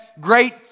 great